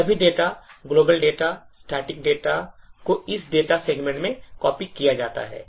सभी data global data और static data को इस data सेगमेंट में copy किया जाता है